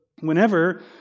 whenever